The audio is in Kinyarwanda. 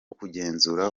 kugenzura